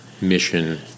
mission